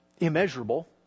immeasurable